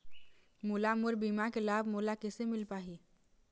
मोला मोर बीमा के लाभ मोला किसे मिल पाही?